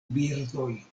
birdoj